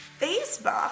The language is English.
Facebook